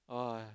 !wah!